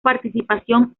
participación